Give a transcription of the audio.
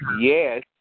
yes